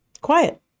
Quiet